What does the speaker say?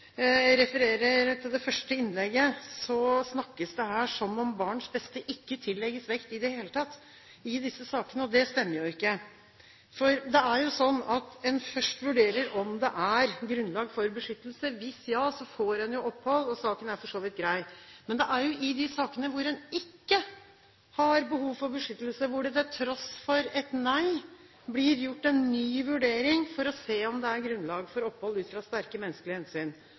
jeg refererer til det første innlegget – snakkes det her som om barns beste ikke tillegges vekt i det hele tatt i disse sakene, og det stemmer jo ikke. Det er jo sånn at en først vurderer om det er grunnlag for beskyttelse. Hvis ja, så får man opphold, og saken er for så vidt grei. Så er det de sakene hvor en ikke har behov for beskyttelse, men hvor det til tross for et nei blir gjort en ny vurdering for å se om det er grunnlag for opphold ut fra sterke menneskelige hensyn.